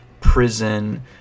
prison